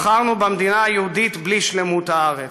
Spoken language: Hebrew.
בחרנו במדינה היהודית בלי שלמות הארץ".